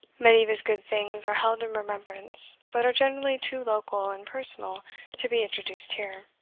many of his good things are held in remembrance, but are generally too local and personal to be introduced here.